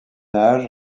âge